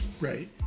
Right